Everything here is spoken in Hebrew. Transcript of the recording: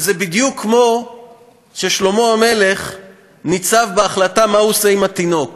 אז זה בדיוק כמו ששלמה המלך ניצב בהחלטה מה הוא עושה עם התינוק